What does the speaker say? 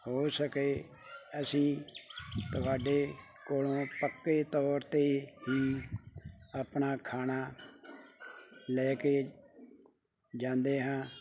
ਹੋ ਸਕੇ ਅਸੀਂ ਤੁਹਾਡੇ ਕੋਲ ਪੱਕੇ ਤੋਰ 'ਤੇ ਹੀ ਆਪਣਾ ਖਾਣਾ ਲੈ ਕੇ ਜਾਂਦੇ ਹਾਂ